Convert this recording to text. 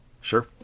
Sure